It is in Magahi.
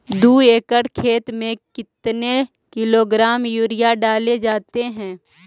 दू एकड़ खेत में कितने किलोग्राम यूरिया डाले जाते हैं?